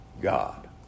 God